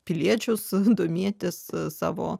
piliečius domėtis savo